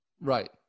Right